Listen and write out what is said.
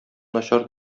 начар